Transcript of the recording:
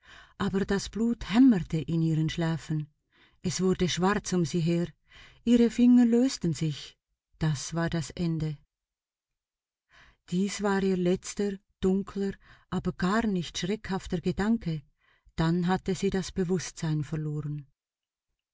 aber das blut hämmerte in ihren schläfen es wurde schwarz um sie her ihre finger lösten sich das war das ende dies war ihr letzter dunkler aber gar nicht schreckhafter gedanke dann hatte sie das bewußtsein verloren